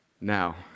Now